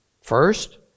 First